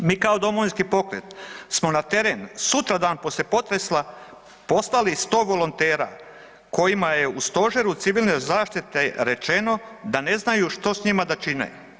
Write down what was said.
Mi kao Domovinski pokret smo na teren sutradan poslije potresa poslali 100 volontera kojima je u stožeru civilne zaštite rečeno da ne znaju što s njima da čine.